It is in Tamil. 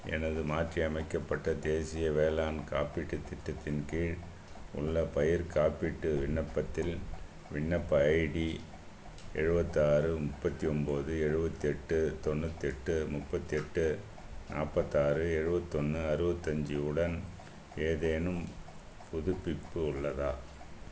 எனது மாற்றி அமைக்கப்பட்ட தேசிய வேளாண் காப்பீட்டுத் திட்டத்தின் கீழ் உள்ள பயிர் காப்பீட்டு விண்ணப்பத்தில் விண்ணப்ப ஐடி எழுபத்து ஆறு முப்பத்தி ஓன்போது எழுபத்து எட்டு தொண்ணூத்து எட்டு முப்பத்து எட்டு நாற்பத்தாறு எழுபத்து ஒன்னு அறுபத்து அஞ்சு உடன் ஏதேனும் புதுப்பிப்பு உள்ளதா